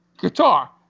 guitar